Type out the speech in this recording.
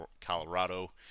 Colorado